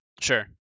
Sure